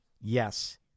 yes